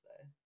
say